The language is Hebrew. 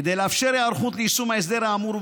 כדי לאפשר היערכות ליישום ההסדר האמור,